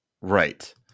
Right